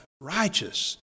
righteous